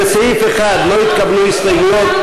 לסעיף 1 לא התקבלו הסתייגויות,